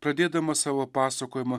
pradėdamas savo pasakojimą